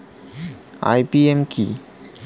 IPM কি?